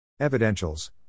Evidentials